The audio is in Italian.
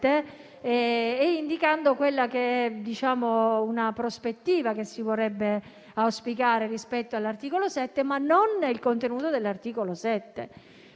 e indicando una prospettiva che si vorrebbe auspicare rispetto all'articolo 7, ma non il contenuto dello stesso.